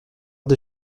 des